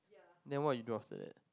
then what you do after that